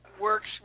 works